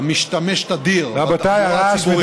המשתמש תדיר בתחבורה הציבורית, מתשלום